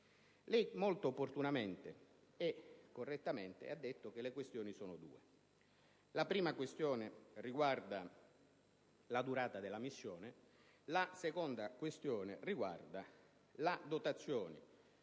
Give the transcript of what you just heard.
Lei, molto opportunamente e correttamente, ha detto che le questioni sono due: la prima riguarda la durata della missione, la seconda riguarda la dotazione